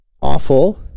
awful